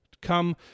come